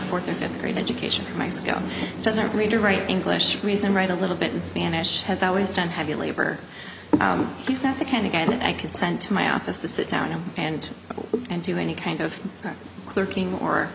fourth or fifth grade education from my scout doesn't read or write english reason right a little bit in spanish has always done heavy labor he's not the kind of guy that i could send to my office to sit down and do any kind of clerking or